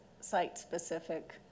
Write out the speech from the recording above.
site-specific